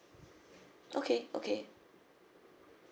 okay okay